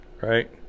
right